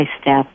step